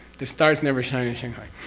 the stars never shine in shanghai.